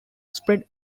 spread